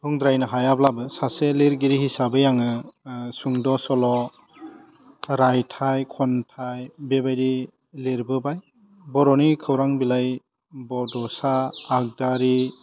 बुंद्रायनो हायाब्लाबो सासे लिरगिरि हिसाबै आङो सुंद' सल' रायथाइ खन्थाइ बेबायदि लेरबोबाय बर'नि खौरां बिलाइ बड'सा आगदारि